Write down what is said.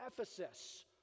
Ephesus